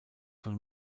von